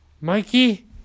Mikey